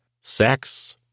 Sex